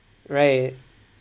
right